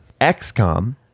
XCOM